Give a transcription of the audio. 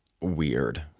weird